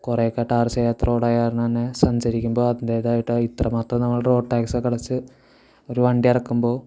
കുറേയൊക്കെ ടാർ ചെയ്യാത്ത റോഡ് ആയതുകാരണം തന്നെ സഞ്ചരിക്കുമ്പോൾ അതിൻറേതായിട്ട് ഇത്രമാത്രം നമ്മൾ റോഡ് ടാക്സ് ഒക്കെ അടച്ച് ഒരു വണ്ടി ഇറക്കുമ്പോൾ